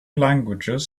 languages